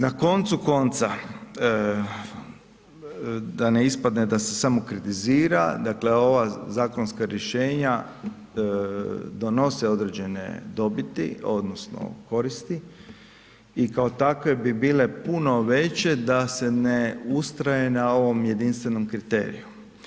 Na koncu konca da ne ispadne da se samo kritizira, dakle ova zakonska rješenja donose određene dobiti odnosno koristi i kao takve bi bile puno veće da se ne ustraje na ovom jedinstvenom kriteriju.